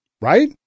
right